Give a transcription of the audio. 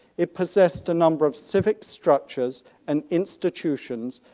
it possessed a number of civic structures and institutions,